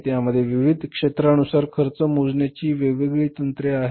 यामध्ये विविध क्षेत्रानुसार खर्च मोजण्याची वेगवेगळी तंत्रे आहेत